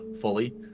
fully